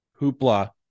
hoopla